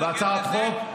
אני מתנגד.